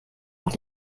auch